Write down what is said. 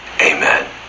Amen